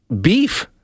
beef